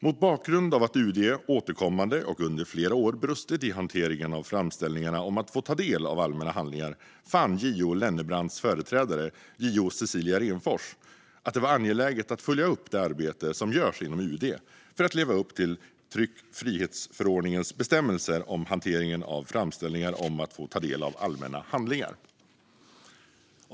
Mot bakgrund av att UD återkommande och under flera år brustit i hanteringen av framställningar om att få ta del av allmänna handlingar fann JO Lennerbrants företrädare, JO Cecilia Renfors, att det var angeläget att följa upp det arbete som görs inom UD för att leva upp till tryckfrihetsförordningens bestämmelser om hanteringen av framställningar om att få ta del av allmänna handlingar.